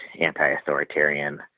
anti-authoritarian